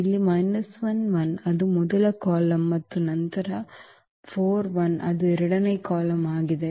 ಇಲ್ಲಿ ಅದು ಮೊದಲ ಕಾಲಮ್ ಮತ್ತು ನಂತರ ಇದು ಅದು ಎರಡನೇ ಕಾಲಮ್ ಆಗಿದೆ